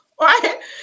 right